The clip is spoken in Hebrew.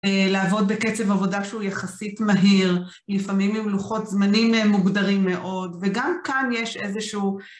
לעבוד בקצב עבודה שהוא יחסית מהר, לפעמים עם לוחות זמנים מוגדרים מאוד, וגם כאן יש איזשהו...